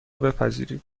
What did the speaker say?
بپذیرید